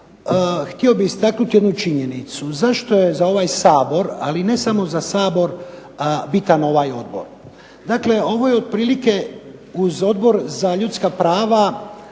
htio bih istaknuti jednu činjenicu. Zašto je za ovaj Sabor, ali ne samo za Sabor, bitan ovaj odbor? Dakle, ovo je otprilike uz Odbor za ljudska prava